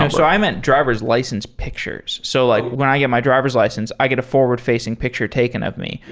um so i meant driver s license pictures. so like when i get my driver s license, i get a forward-facing picture taken of me,